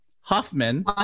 Huffman